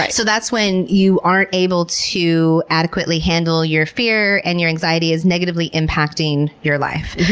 so that's when you aren't able to adequately handle your fear, and your anxiety is negatively impacting your life.